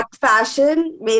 Fashion